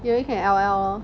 you only can lol lor